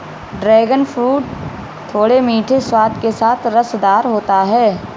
dragon fruit थोड़े मीठे स्वाद के साथ रसदार होता है